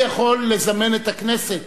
אני יכול לזמן את הכנסת,